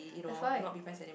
that's why